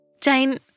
Jane